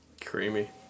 creamy